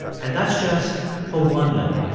and that's just for one loan.